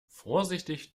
vorsichtig